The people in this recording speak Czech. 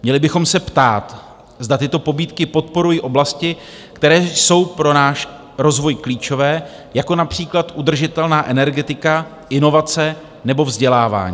Měli bychom se ptát, zda tyto pobídky podporují oblasti, které jsou pro náš rozvoj klíčové, jako například udržitelná energetika, inovace nebo vzdělávání.